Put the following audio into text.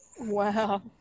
Wow